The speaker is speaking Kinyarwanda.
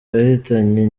yahitanye